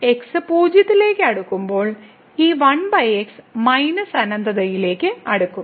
x പൂജ്യത്തിലേക്ക് അടുക്കുമ്പോൾ ഈ 1x മൈനസ് അനന്തതയിലേക്ക് അടുക്കും